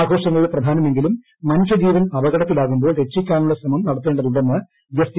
ആഘോഷങ്ങൾ പ്രധാനമെങ്കിലും മനുഷ്യജീവൻ അപകടത്തിലാകുമ്പോൾ രക്ഷിക്കാനുള്ള ശ്രമം നടത്തേണ്ടതുണ്ടെന്ന് ജസ്റ്റിസ് ഡി